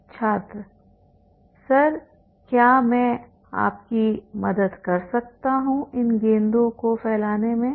छात्र सर क्या मैं आपकी मदद कर सकता हूँ इन गेंदों को फैलाने में